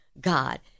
God